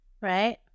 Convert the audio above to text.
Right